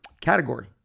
category